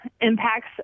impacts